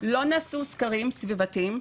לא נעשו סקרים סביבתיים.